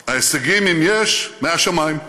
ההישגים, אם יש, מהשמיים,